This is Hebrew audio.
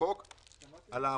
בחוק לעמותות,